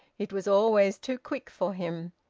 it was always too quick for him.